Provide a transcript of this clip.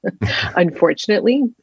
unfortunately